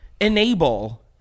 enable